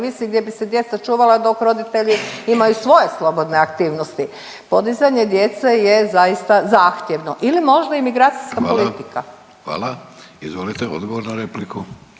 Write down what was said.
gdje bi se djeca čuvala dok roditelji imaju svoje slobodne aktivnosti, podizanje djece je zaista zahtjevno ili možda imigracijska .../Upadica: Hvala./... politika.